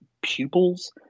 pupils